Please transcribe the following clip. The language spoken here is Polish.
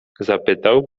zapytał